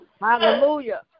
Hallelujah